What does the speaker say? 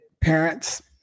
parents